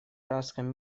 арабском